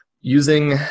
using